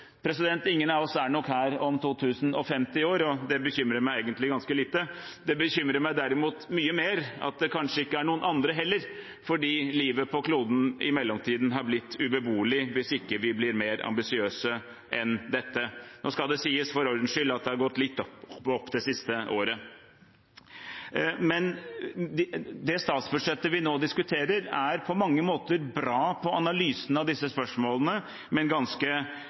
Ingen av oss er nok her om 2 050 år, og det bekymrer meg egentlig ganske lite. Det bekymrer meg derimot mye mer at det kanskje ikke er noen andre her heller, fordi livet på kloden i mellomtiden har blitt ubeboelig hvis ikke vi blir mer ambisiøse enn dette. Nå skal det sies – for ordens skyld – at det har gått litt opp det siste året. Det statsbudsjettet vi nå diskuterer, er på mange måter bra når det gjelder analysen av disse spørsmålene, men ganske